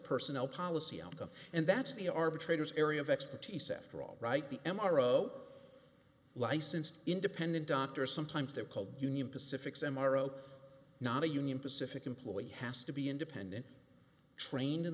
personnel policy outcome and that's the arbitrators area of expertise after all right the m r o licensed independent doctors sometimes they're called union pacific some are oh not a union pacific employee has to be independent trained in